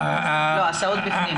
ההסעות בפנים.